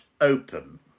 open